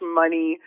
money